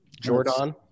jordan